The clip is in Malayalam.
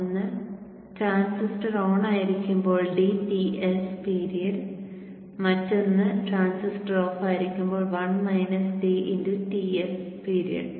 ഒന്ന് ട്രാൻസിസ്റ്റർ ഓണായിരിക്കുമ്പോൾ dTs പിരീഡ് മറ്റൊന്ന് ട്രാൻസിസ്റ്റർ ഓഫായിരിക്കുമ്പോൾ Ts പിരീഡ്